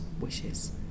wishes